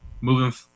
moving